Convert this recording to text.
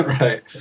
Right